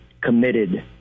committed